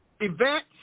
events